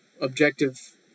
objective